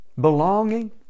belonging